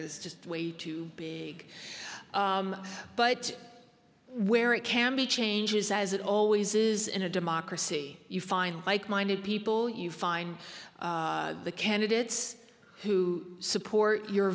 is just way too big but where it can be changes as it always is in a democracy you find like minded people you find the candidates who support your